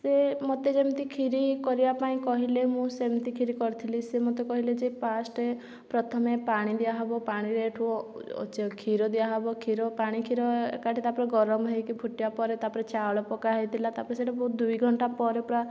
ସେ ମୋତେ ଯେମିତି କ୍ଷିରି କରିବା ପାଇଁ କହିଲେ ମୁଁ ସେମିତି କ୍ଷିରି କରିଥିଲି ସେ ମୋତେ କହିଲେ ଯେ ଫାଷ୍ଟ ପ୍ରଥମେ ପାଣି ଦିଆ ହେବ ପାଣିରେ ହେଠୁ କ୍ଷୀର ଦିଆ ହେବ କ୍ଷୀର ପାଣି କ୍ଷୀର ଏକାଠି ତା ପରେ ଗରମ ହେଇକି ଫୁଟିବା ପରେ ତା ପରେ ଚାଉଳ ପକା ହେଇଥିଲା ତା ପରେ ସେଇଟା ବହୁତ ଦୁଇ ଘଣ୍ଟା ପରେ ପ୍ରାୟ